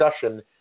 discussion